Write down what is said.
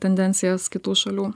tendencijas kitų šalių